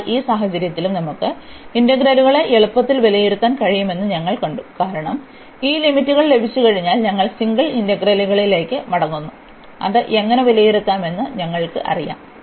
അതിനാൽ ഈ സാഹചര്യത്തിലും നമുക്ക് ഇന്റഗ്രലുകളെ എളുപ്പത്തിൽ വിലയിരുത്താൻ കഴിയുമെന്ന് ഞങ്ങൾ കണ്ടു കാരണം ഈ ലിമിറ്റുകൾ ലഭിച്ചുകഴിഞ്ഞാൽ ഞങ്ങൾ സിംഗിൾ ഇന്റഗ്രലുകളിലേക്ക് മടങ്ങുന്നു അത് എങ്ങനെ വിലയിരുത്തണമെന്ന് ഞങ്ങൾക്കറിയാം